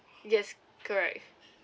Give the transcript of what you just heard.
yes correct